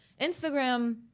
Instagram